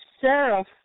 sheriff